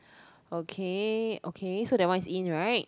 okay okay so that one is in [right]